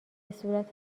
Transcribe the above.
صورت